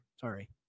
sorry